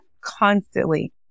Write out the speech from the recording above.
constantly